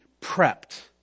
prepped